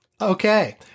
Okay